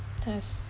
test